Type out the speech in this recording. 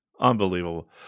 Unbelievable